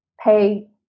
pay